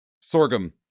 Sorghum